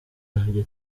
nabyo